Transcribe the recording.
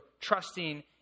trusting